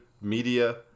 media